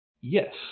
Yes